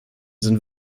sind